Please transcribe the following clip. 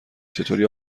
چطور